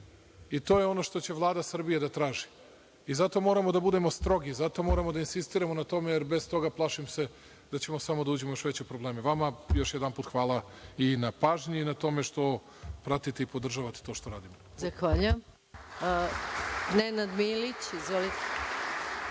I to je ono što će Vlada Srbije da traži. Zato moramo da budemo strogi, zato moramo da insistiramo na tome jer bez toga, plašim se da ćemo samo da uđemo u još veće probleme. Vama još jednom hvala i na pažnji i na tome što podržavate to što radimo. **Maja